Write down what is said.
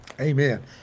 amen